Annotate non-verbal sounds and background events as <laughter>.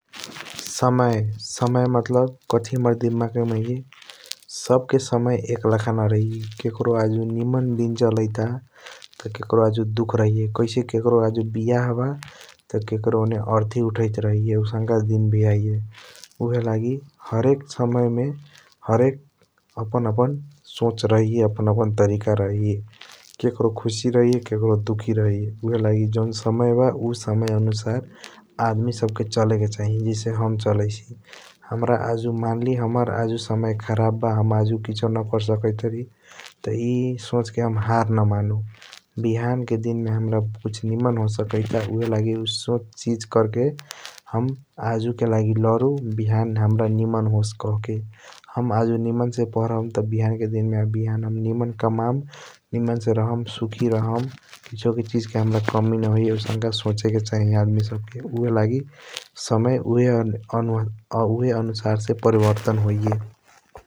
समय समय मतलब कथी हाम्रा दिमाग मे आबाइया सब के समय एक लाख न रहैया ककरों आजू निमन दिन चलाइत ब त केकरों आजू दुख रहैया । कैसे आजू ककरों बियाह ब त ककरों आजू आर्थि उठाई त रहैया आउसनका दिन वी आइय ऊहएलगी हर्क समय मे हेरेक आपन आपन सोच रहिया आपन आपन तरीका रहैया । ककरों खुसी रहैया ककरों दुखी रहैया ऊहएलगी जॉन समय ब उ समय आउनुसार आदमी सब के चले के चाही जैसे हम चलाईसी । मानली आजू हाम्रा समय खरब बा हम आजू किसियों न कर सकाइट बारी ई सोच के हम आजू हर न मनु बिहान के दिन मे हाम्रा कुछ निमन होसकाइट बा । ऊहएलगी सब किसियों सोच के आजू के लागि हम लादू बिहान हाम्रा निमन होसस कहके हम आजू निमन से पढ़म त बिहान के दिन मे हम निमन कमाम । निमन से रहम सुखी रहम किसियों वी चीज के हाम्रा कमी न होई कहके सोचएके चाही आदमी सब के ऊहएलगी समय उहएय <hesitation> आनुसार से परिवर्तन होइया ।